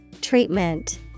Treatment